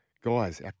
Guys